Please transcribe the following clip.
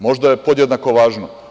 Možda je to podjednako važno.